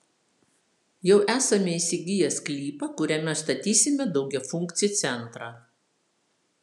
jau esame įsigiję sklypą kuriame statysime daugiafunkcį centrą